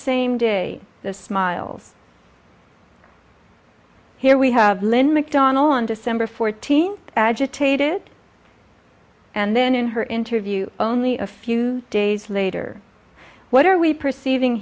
day the smiles here we have lynn mcdonnell on december fourteenth agitated and then in her interview only a few days later what are we perceiving